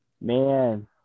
man